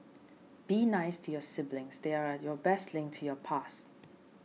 be nice to your siblings they're your best link to your past